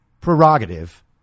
prerogative